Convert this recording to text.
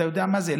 אתה יודע מה זה,